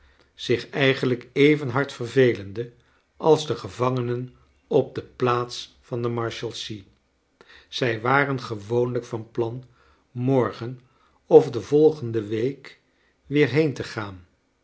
zich eigenlijk even hard vervelende als de gevangenen op de plaats van de marshalsea zij waren gewoonlrjk van plan morgen of de volgende week weer heen te gaan